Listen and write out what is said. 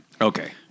Okay